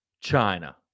China